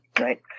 Right